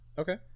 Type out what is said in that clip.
Okay